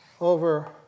over